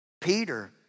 Peter